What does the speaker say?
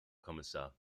kommissar